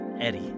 eddie